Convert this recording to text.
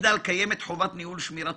שלמגדל יש בעיה בנושא של שמירה